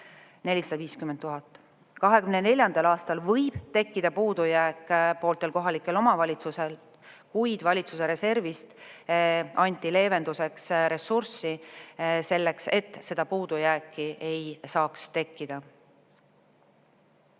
2024. aastal võib tekkida puudujääk pooltel kohalikel omavalitsustel, kuid valitsuse reservist anti leevenduseks ressurssi selleks, et see puudujääk ei saaks tekkida.